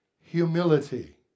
humility